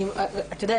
אתה יודע,